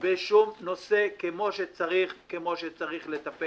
בשום נושא כפי שצריך לטפל.